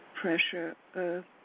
pressure